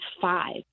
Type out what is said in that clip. five